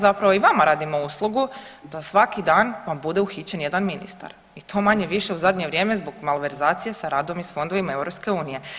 Zapravo radimo i vama uslugu da svaki dan vam bude uhićen jedan ministar i to manje-više u zadnje vrijem zbog malverzacije sa radom i fondovima EU.